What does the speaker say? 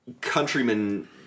countrymen